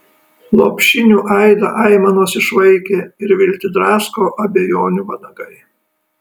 lopšinių aidą aimanos išvaikė ir viltį drasko abejonių vanagai